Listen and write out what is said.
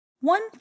One